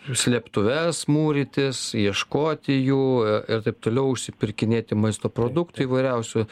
slėptuves mūrytis ieškoti jų ir taip toliau užsipirkinėti maisto produktų įvairiausių